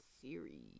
series